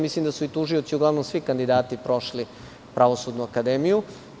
Mislim, da su i tužioci, uglavnom svi kandidati prošli Pravosudnu akademiju.